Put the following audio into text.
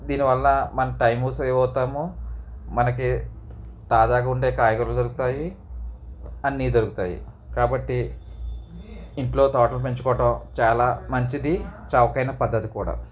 దీనివల్ల మన time save అవుతాము మనకి తాజాగా ఉండే కాయగూరలు దొరుకుతాయి అన్నీ దొరుకుతాయి కాబట్టి ఇంట్లో తోటలు పెంచుకోవటం చాలా మంచిది చౌకైన పద్దతి కూడా